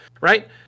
Right